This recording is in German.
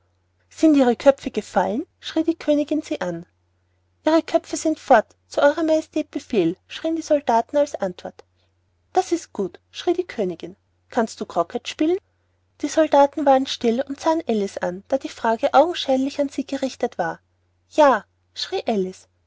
sind ihre köpfe gefallen schrie die königin sie an ihre köpfe sind fort zu euer majestät befehl schrien die soldaten als antwort das ist gut schrie die königin kannst du croquet spielen die soldaten waren still und sahen alice an da die frage augenscheinlich an sie gerichtet war ja schrie